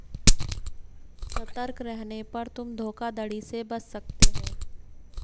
सतर्क रहने पर तुम धोखाधड़ी से बच सकते हो